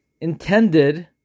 intended